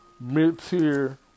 mid-tier